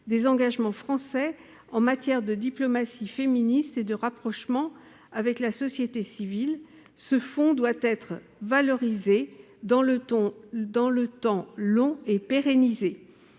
des engagements français en matière de diplomatie féministe et de rapprochement avec la société civile, ce fonds doit être valorisé dans le temps long et pérennisé.